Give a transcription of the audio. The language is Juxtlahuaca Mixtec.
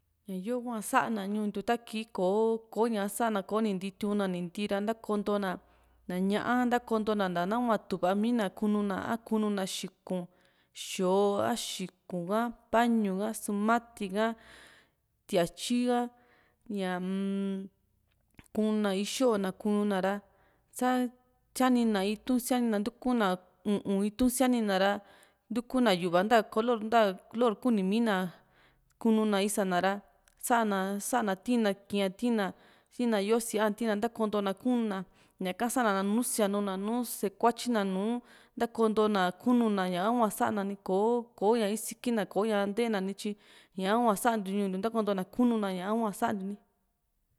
ña yo hua sa´na ñuu ntiu ta kii kò´o koña sa´na ko tiu´n na ni ntiira ntakonto na ñá´a ka natokontona nahua tuuva mii na kunu na a kunu na xiku´n xoo a xiku´n ka pañu ka sumati ka tiatyi ka ñaa-m kunu na íxo´o na kunu na a sa sianina itu´n sianina ra ntuku na u´un itu´n sianina ra ntuku na yu´va nta kolor nta kolor kunimi na kununa isaa na ra sa´na sa´na tii´n na kia´n tina ra tii´n na yo´o síaa tii´n nara ntakonto na kunu na ñaka sa´nana nùù síanu na nùù sée kuatyi na nùù ntakonto na kununa ñaka hua sa´na ni kò´o kò´o ña iskiki na ko´ña ntee ni tyi ñaa hua santiu ñuu ntiu ntakontona kunu na ñahuasantiu i